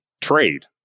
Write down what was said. trade